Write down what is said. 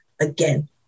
again